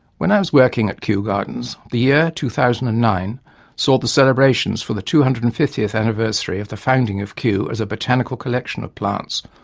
when i was working at kew gardens the year two thousand and nine saw the celebrations for the two hundred and fiftieth anniversary of the founding of kew as a botanical collection of plants,